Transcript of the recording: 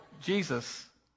Jesus